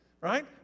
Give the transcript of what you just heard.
right